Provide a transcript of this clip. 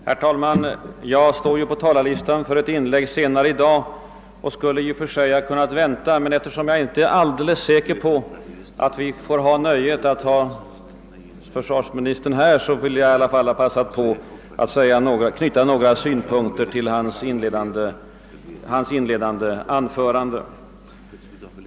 Herr talman! Jag står på talarlistan för ett inlägg senare i dag, och jag skulle i och för sig ha kunnat vänta på min tur. Men eftersom jag inte är alldeles säker på att vi då har nöjet att se för svarsministern här vill jag passa på tillfället att nu knyta några synpunkter till hans inledande anförande.